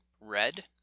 Red